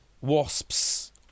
Wasps